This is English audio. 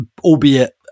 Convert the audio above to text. albeit